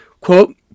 Quote